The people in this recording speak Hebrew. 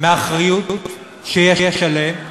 מהאחריות שיש עליהן,